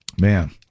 Man